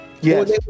Yes